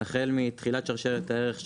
החל מתחילת שרשרת הערך,